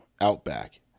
Outback